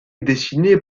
dessiné